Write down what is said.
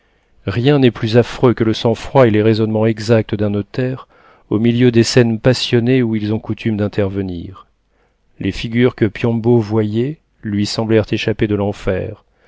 rien n'est plus affreux que le sang-froid et les raisonnements exacts d'un notaire au milieu des scènes passionnées où ils ont coutume d'intervenir les figures que piombo voyait lui semblèrent échappées de l'enfer